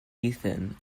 ethan